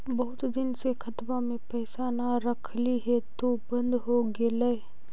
बहुत दिन से खतबा में पैसा न रखली हेतू बन्द हो गेलैय?